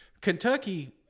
Kentucky